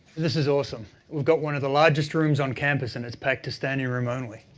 this is awesome. we've got one of the largest rooms on campus and it's packed to standing room only.